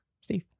Steve